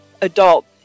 adult